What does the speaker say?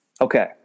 Okay